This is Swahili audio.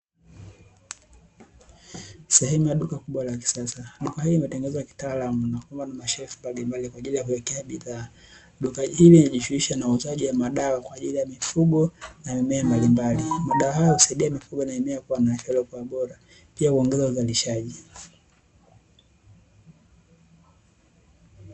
Sehemu ya duka kubwa la kisasa duka hilo limetengeza kitaalamu na mashelufu mbalimbali, kwa ajili ya kuekea bidhaa duka ile ilijishuhishe na wauzaji wa madawa kwa ajili ya mifugo na mimea mbalimbali madawa ya sedekia kuwa na hero bora pia kuongeza uzalishaji.